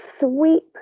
sweep